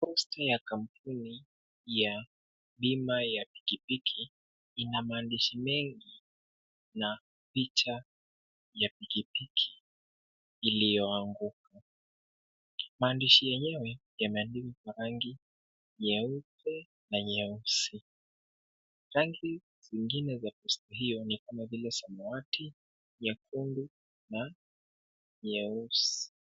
Poster ya kampuni ya bima ya pikipiki ina maandishi mengi na picha ya pikipiki iliyoanguka. Maandishi yenyewe yameandikwa kwa rangi nyeupe na nyeusi. Rangi zingine za poster hiyo ni kama vile samawati, nyekundu na nyeusi.